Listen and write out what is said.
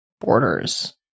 borders